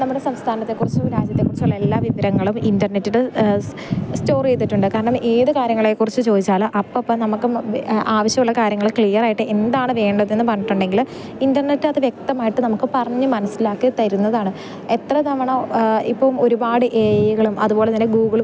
നമ്മുടെ സംസ്ഥാനത്തെ കുറിച്ചും രാജ്യത്തെ കുറിസിച്ചും ഉള്ള എല്ലാ വിവരങ്ങളും ഇൻ്റർനെറ്റിൽ സ്റ്റോർ ചെയ്തിട്ടുണ്ട് കാരണം ഏത് കാര്യങ്ങളെ കുറിച്ച് ചോദിച്ചാൽ അപ്പപ്പം നമുക്ക് ഒന്ന് ആവശ്യമുള്ള കാര്യങ്ങൾ ക്ലിയറായിട്ട് എന്താണ് വേണ്ടതെന്ന് പറഞ്ഞിട്ട് ഉണ്ടെങ്കിൽ ഇൻ്റർനെറ്റാത്ത് വ്യക്തമായിട്ട് നമുക്ക് പറഞ്ഞ് മനസ്സിലാക്കി തരുന്നതാണ് എത്ര തവണ ഇപ്പം ഒരുപാട് എ ഐകളും അത്പോലെ തന്നെ ഗൂഗ്ള്